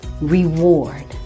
reward